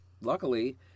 luckily